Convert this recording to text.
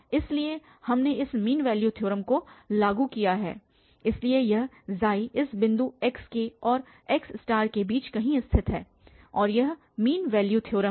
इसलिए हमने इस मीन वैल्यू थ्योरम को लागू किया है इसलिए यह इस बिंदु xk और x के बीच कहीं स्थित है और यह मीन वैल्यू थ्योरम है